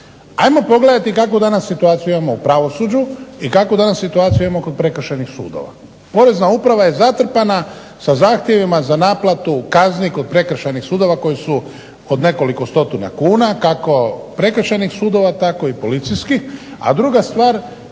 ajmo pogledati kakvu danas situaciju imamo u pravosuđu i kakvu danas situaciju imamo kod prekršajnih sudova. Porezna uprava je zatrpana sa zahtjevima za naplatu kazni kod prekršajnih sudova koji su od nekoliko stotina kuna kako prekršajnih sudova tako i policijski. A druga stvar